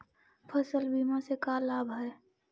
फसल बीमा से का लाभ है?